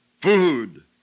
Food